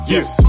Yes